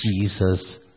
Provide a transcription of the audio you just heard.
Jesus